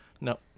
no